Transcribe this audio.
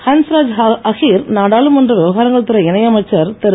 ஹன்ஸ்ராஜ் அஹிர் நாடாளுமன்ற விவகாரங்கள் துறை இணையமைச்சர் திரு